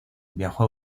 viajó